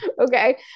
okay